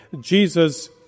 Jesus